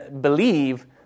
believe